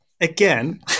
Again